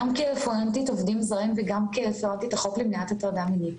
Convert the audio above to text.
גם כרפרנטית עובדים זרים וגם כרפרנטית החוק למניעת הטרדה מינית.